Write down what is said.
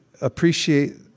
appreciate